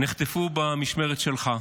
נחטפו במשמרת שלך.